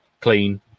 clean